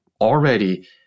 already